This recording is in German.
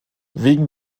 wegen